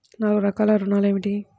నాలుగు రకాల ఋణాలు ఏమిటీ?